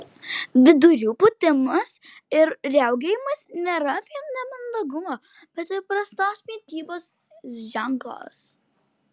vidurių pūtimas ir riaugėjimas nėra vien nemandagumo bet ir prastos mitybos ženklas